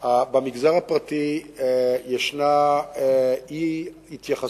במגזר הפרטי יש אי-התייחסות,